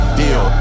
deal